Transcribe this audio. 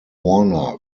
warner